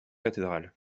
cathédrale